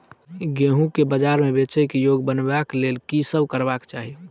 गेंहूँ केँ बजार मे बेचै योग्य बनाबय लेल की सब करबाक चाहि?